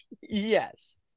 Yes